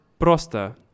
prosta